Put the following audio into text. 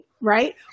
right